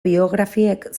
biografiek